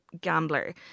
gambler